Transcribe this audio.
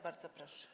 Bardzo proszę.